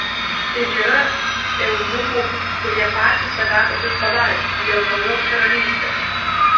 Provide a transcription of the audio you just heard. ir yra eunuchų kurie patys save tokius padarė dėl dangaus karalystės